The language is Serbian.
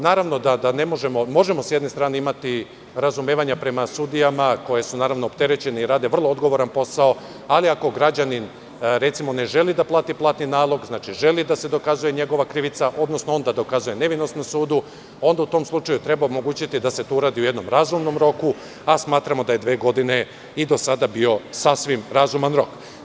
Naravno da možemo sa jedne strane imati razumevanja prema sudijama koje su opterećene i rade vrlo odgovoran posao, ali, ako građanin recimo ne želi da plati platni nalog, znači želi da se dokazuje njegova krivica, odnosno on da dokazuje nevinost na sudu, onda u tom slučaju treba omogućiti da se to uradi u jednom razumnom roku, a smatramo da je dve godine i do sada bio sasvim razuman rok.